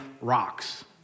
rocks